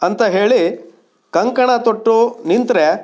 ಅಂತ ಹೇಳಿ ಕಂಕಣ ತೊಟ್ಟು ನಿಂತರೆ